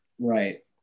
Right